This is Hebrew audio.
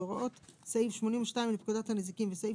והוראות סעיף 82 לפקודת הנזיקין וסעיף